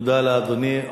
תודה לאדוני.